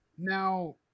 Now